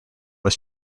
was